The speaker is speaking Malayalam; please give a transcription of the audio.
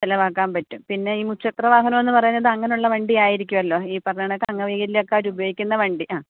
ചിലവാക്കാം പറ്റും പിന്നെ ഈ മുച്ചക്ര വാഹനം എന്നുപറയുന്നത് അങ്ങനെയുള്ള വണ്ടി ആയിരിക്കുവല്ലോ ഈ പറഞ്ഞ കണക്ക അംഗവൈകല്യക്കാര് ഉപയോഗിക്കുന്ന വണ്ടി ആ